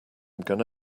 gonna